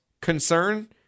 concern